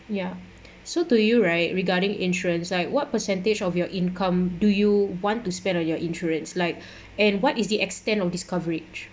ya so to you right regarding insurance like what percentage of your income do you want to spend on your insurance like and what is the extent of this coverage